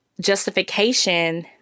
justification